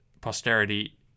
posterity